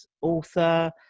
Author